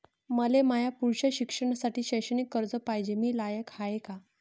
मले माया पुढच्या शिक्षणासाठी शैक्षणिक कर्ज पायजे, मी लायक हाय का?